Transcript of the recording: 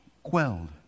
quelled